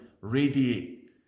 radiate